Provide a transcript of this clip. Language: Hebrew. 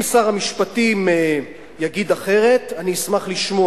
אם שר המשפטים יגיד אחרת, אני אשמח לשמוע.